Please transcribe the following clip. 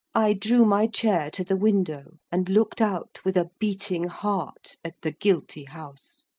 i drew my chair to the window and looked out with a beating heart at the guilty house.